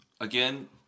Again